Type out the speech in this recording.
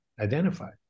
identified